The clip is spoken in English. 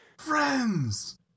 FRIENDS